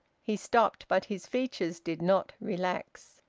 he stopped, but his features did not relax.